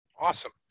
Awesome